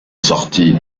sorti